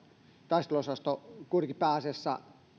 taisteluosasto kuitenkin pääasiassa